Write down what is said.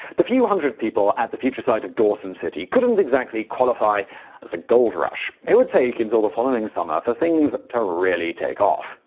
the few hundred people at the future site of dawson city couldn't exactly qualify as a gold rush. it would take until the following summer for things to really take off.